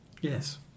Yes